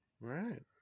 Right